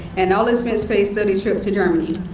an all-expense paid study trip to germany.